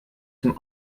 zum